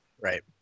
Right